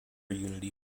unity